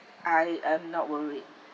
I am not worried